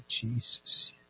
Jesus